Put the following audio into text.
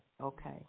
okay